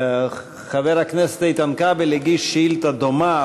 חבר הכנסת איתן כבל הגיש שאילתה דומה,